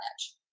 edge